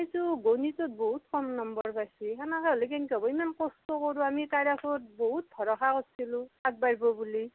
তাইতো গণিতত বহুত কম নম্বৰ পাইছে সেনেকৈ হ'লে কেনেকৈ হ'ব এমান কষ্ট কৰোঁ আমি তাইৰ আগত বহুত ভৰষা কৰিছিলোঁ আগবাঢ়িব বুলি